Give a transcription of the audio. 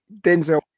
Denzel